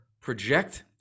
project